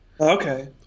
Okay